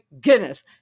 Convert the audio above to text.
goodness